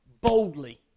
boldly